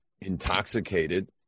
intoxicated